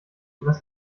was